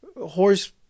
Horse